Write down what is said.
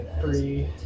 three